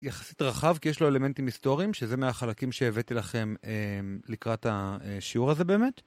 יחסית רחב כי יש לו אלמנטים היסטוריים שזה מהחלקים שהבאתי לכם לקראת השיעור הזה באמת.